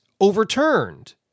overturned